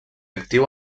actiu